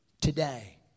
today